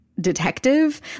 detective